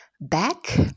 back